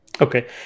Okay